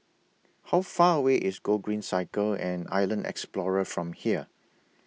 How Far away IS Gogreen Cycle and Island Explorer from here